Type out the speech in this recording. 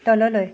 তললৈ